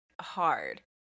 hard